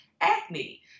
Acne